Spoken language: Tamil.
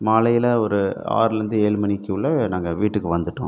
மாலையில் ஒரு ஆறுலேருந்து ஏழு மணிக்கு உள்ளே நாங்கள் வீட்டுக்கு வந்துட்டோம்